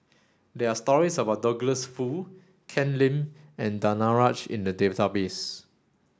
there are stories about Douglas Foo Ken Lim and Danaraj in the database